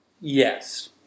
Yes